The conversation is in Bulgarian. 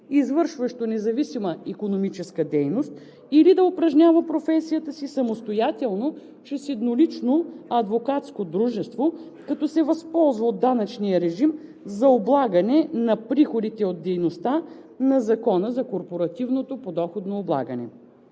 извършващо независима икономическа дейност, или да упражнява професията си самостоятелно чрез еднолично адвокатско дружество, като се възползва от данъчния режим за облагане на приходите от дейността на Закона за корпоративното подоходно облагане.